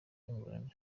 england